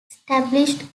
established